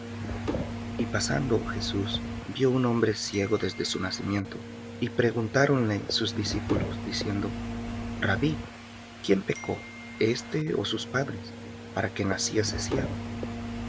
y pasando vió un hombre ciego desde su nacimiento y preguntáronle sus discípulos diciendo rabbí quién pecó éste ó sus padres para que naciese ciego